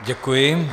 Děkuji.